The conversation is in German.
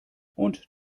und